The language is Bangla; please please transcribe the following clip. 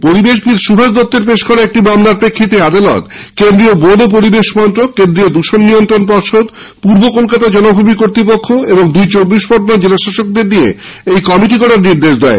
পরিবেশবিদ সুভাষ দত্তর করা একটি মামলার প্রেক্ষিতে আদালত কেন্দ্রীয় বন ও পরিবেশ মন্ত্রক কেন্দ্রীয় দৃষন নিয়ন্ত্রন পর্ষদ পূর্ব কলকাতা জলাভূমি কর্তৃপক্ষ ও দুই চব্বিশ পরগনার জেলাশাসকদের নিয়ে এই কমিটি গড়ার নির্দেশ দিয়েছে